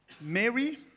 Mary